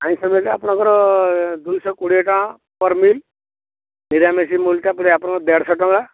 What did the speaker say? ଆଇଁଷ ମିଲ୍ ଆପଣଙ୍କର ଦୁଇଶହ କୋଡ଼ିଏ ଟଙ୍କା ପର୍ ମିଲ୍ ନିରାମିଷ ମିଲ୍ଟା ପଡ଼େ ଆପଣଙ୍କର ଦେଢ଼ଶହ ଟଙ୍କା